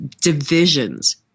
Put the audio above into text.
divisions